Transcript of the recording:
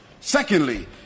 Secondly